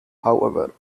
however